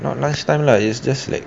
not last time lah it's just like